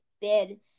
bid